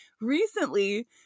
recently